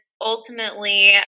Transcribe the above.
ultimately